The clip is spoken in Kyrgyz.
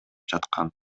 жаткан